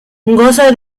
goza